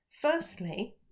Firstly